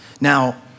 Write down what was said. Now